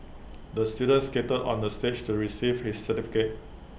the student skated on the stage to receive his certificate